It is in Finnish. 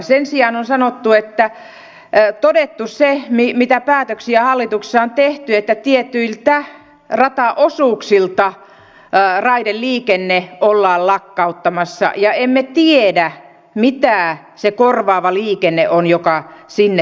sen sijaan on todettu se mitä päätöksiä hallituksessa on tehty että tietyiltä rataosuuksilta raideliikenne ollaan lakkauttamassa ja emme tiedä mitä se korvaava liikenne on joka sinne tulee